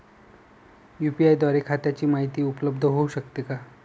UPI द्वारे खात्याची माहिती उपलब्ध होऊ शकते का?